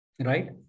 Right